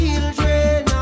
Children